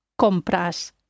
compras